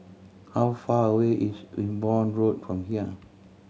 how far away is Wimborne Road from here